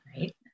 Right